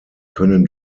können